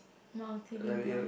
no keep in going